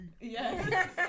Yes